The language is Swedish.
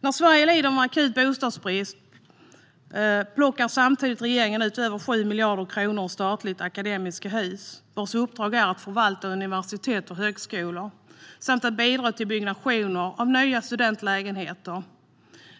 När Sverige lider av en akut bostadsbrist plockar regeringen samtidigt ut över 7 miljarder kronor ur statliga Akademiska Hus, vars uppdrag är att förvalta universitet och högskolor samt bidra till byggnation av nya studentlägenheter.